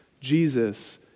Jesus